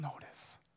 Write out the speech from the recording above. notice